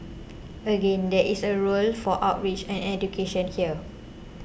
again there is a roles for outreach and education here